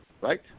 right